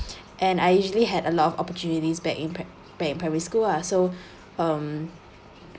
and I usually had a lot of opportunities back in pr~ back in primary school ah so um